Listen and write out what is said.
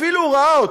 אפילו ראה אותו.